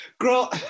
Girl